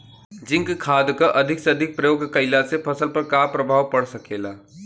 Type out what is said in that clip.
Zinc खाद क अधिक से अधिक प्रयोग कइला से फसल पर का प्रभाव पड़ सकेला?